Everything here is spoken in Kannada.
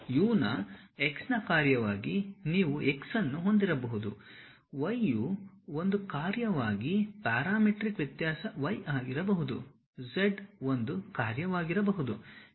U ನ x ನ ಕಾರ್ಯವಾಗಿ ನೀವು x ಅನ್ನು ಹೊಂದಿರಬಹುದು y ಯು ಒಂದು ಕಾರ್ಯವಾಗಿ ಪ್ಯಾರಾಮೀಟ್ರಿಕ್ ವ್ಯತ್ಯಾಸ y ಆಗಿರಬಹುದು z ಒಂದು ಕಾರ್ಯವಾಗಿರಬಹುದು